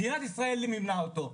מדינת ישראל מימנה אותו,